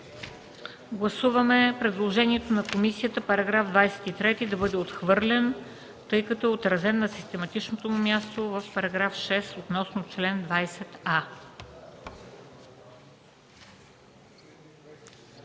Гласуваме предложението на комисията § 23 да бъде отхвърлен, тъй като е отразен на систематичното му място в § 6, относно чл. 20а.